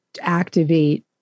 activate